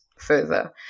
Further